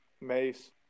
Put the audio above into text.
mace